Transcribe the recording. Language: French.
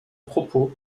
propos